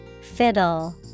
Fiddle